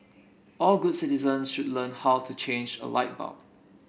all good citizen should learn how to change a light bulb